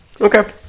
Okay